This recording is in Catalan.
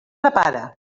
prepara